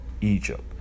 egypt